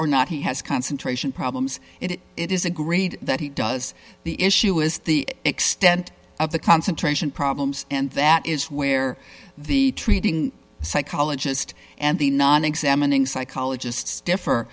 or not he has concentration problems it is agreed that he does the issue is the extent of the concentration problems and that is where the treating psychologist and the non examining psychologists differ